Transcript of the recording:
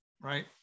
right